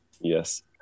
Yes